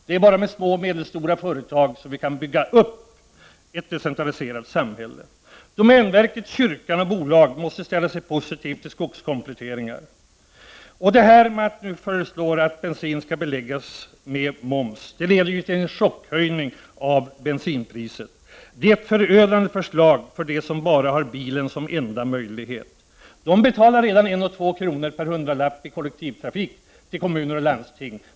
Det är bara med små och medelstora företag som vi kan bygga upp ett decentraliserat samhälle. Domänverket, kyrkan och bolag måste ställa sig positiva till skogskompletteringar. Förslaget att bensin skall beläggas med moms leder till en chockhöjning av bensinpriset. Det är ett förödande förslag för dem som har bilen som enda möjlighet. De betalar redan en eller två kronor per hundralapp till kollektivtrafik i kommuner och landsting.